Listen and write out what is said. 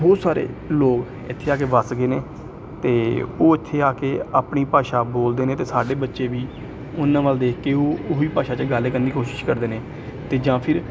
ਬਹੁਤ ਸਾਰੇ ਲੋਕ ਇੱਥੇ ਆ ਕੇ ਵੱਸ ਗਏ ਨੇ ਤੇ ਉਹ ਇੱਥੇ ਆ ਕੇ ਆਪਣੀ ਭਾਸ਼ਾ ਬੋਲਦੇ ਨੇ ਅਤੇ ਸਾਡੇ ਬੱਚੇ ਵੀ ਉਹਨਾਂ ਵੱਲ ਦੇਖ ਕੇ ਉਹ ਉਹੀ ਵੀ ਭਾਸ਼ਾ 'ਚ ਗੱਲ ਕਰਨ ਦੀ ਕੋਸ਼ਿਸ਼ ਕਰਦੇ ਨੇ ਅਤੇ ਜਾਂ ਫਿਰ